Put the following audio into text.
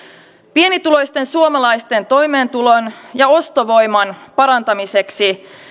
pienituloisten suomalaisten toimeentulon ja ostovoiman parantamiseksi